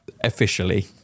Officially